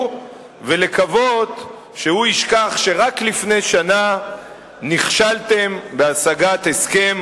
ולקוות שהוא ישכח שרק לפני שנה נכשלתם בהשגת הסכם